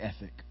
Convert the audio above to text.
ethic